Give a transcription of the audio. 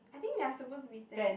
I think they are supposed to meet there